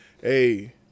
hey